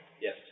Yes